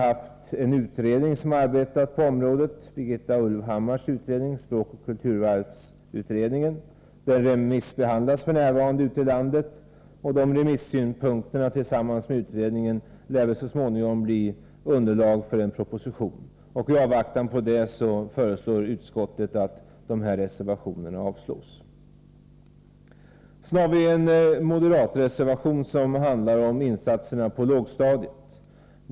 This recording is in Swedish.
En utredning har arbetat med frågan. Det är Birgitta Ulvhammars utredning, språkoch kulturarvsutredningen. Den remissbehandlas f. n., och de remissynpunkterna lär tillsammans med utredningen så småningom bli underlag för en proposition. I avvaktan på det föreslår utskottet att reservationerna avslås. Sedan har vi en moderat reservation som handlar om insatserna på lågstadiet.